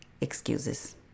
excuses